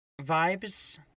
vibes